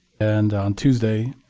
and on tuesday,